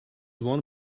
one